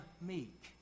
meek